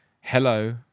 hello